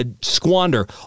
squander